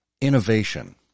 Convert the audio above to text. innovation